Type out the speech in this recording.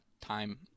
time